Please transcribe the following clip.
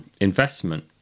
investment